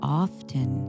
often